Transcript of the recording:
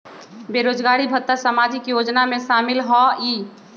बेरोजगारी भत्ता सामाजिक योजना में शामिल ह ई?